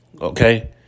Okay